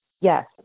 yes